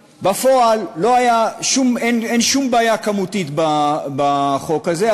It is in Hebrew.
בפועל, אין שום בעיה כמותית בחוק הזה.